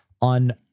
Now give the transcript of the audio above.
on